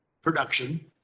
production